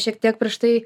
šiek tiek prieš tai